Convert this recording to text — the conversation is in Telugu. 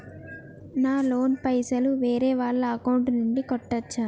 నా లోన్ పైసలు వేరే వాళ్ల అకౌంట్ నుండి కట్టచ్చా?